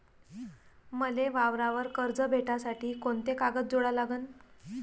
मले वावरावर कर्ज भेटासाठी कोंते कागद जोडा लागन?